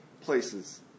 places